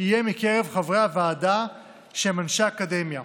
יהיה מקרב חברי הוועדה שהם אנשי אקדמיה.